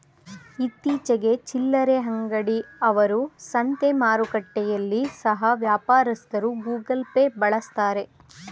ಇತ್ತೀಚಿಗೆ ಚಿಲ್ಲರೆ ಅಂಗಡಿ ಅವರು, ಸಂತೆ ಮಾರುಕಟ್ಟೆಯಲ್ಲಿ ಸಹ ವ್ಯಾಪಾರಸ್ಥರು ಗೂಗಲ್ ಪೇ ಬಳಸ್ತಾರೆ